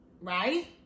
right